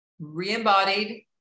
re-embodied